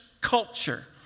culture